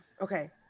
Okay